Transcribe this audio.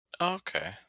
Okay